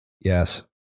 Yes